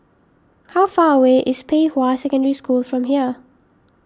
how far away is Pei Hwa Secondary School from here